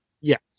Yes